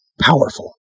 powerful